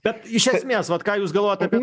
bet iš esmės vat ką jūs galvojat apie